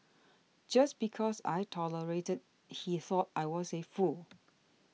just because I tolerated he thought I was a fool